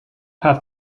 have